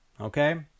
okay